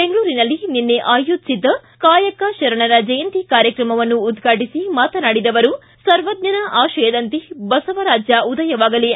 ಬೆಂಗಳೂರಿನಲ್ಲಿ ನಿನ್ನೆ ಆಯೋಜಿಸಿದ್ದ ಕಾಯಕ ಶರಣರ ಜಯಂತಿ ಕಾರ್ಯಕ್ರಮವನ್ನು ಉದ್ವಾಟಿಸಿ ಮಾತನಾಡಿದ ಅವರು ಸರ್ವಜ್ಞನ ಆಶಯದಂತೆ ಬಸವ ರಾಜ್ಯ ಉದಯವಾಗಲಿ